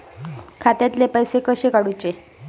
खात्यातले पैसे कसे काडूचे?